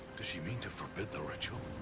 does she mean to forbid the ritual?